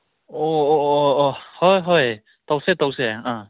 ꯑꯣ ꯑꯣ ꯑꯣ ꯍꯣꯏ ꯍꯣꯏ ꯇꯧꯁꯦ ꯇꯧꯁꯦ ꯑꯥ